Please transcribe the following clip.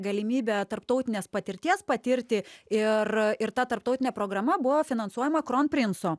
galimybę tarptautinės patirties patirti ir ir ta tarptautinė programa buvo finansuojama kronprinco